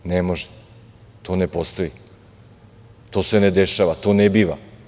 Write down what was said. Ne može, to ne postoji, to se ne dešava, to ne biva.